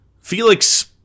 Felix